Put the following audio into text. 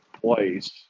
place